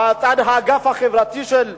באגף החברתי של הממשלה,